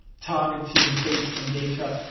targeting based on data,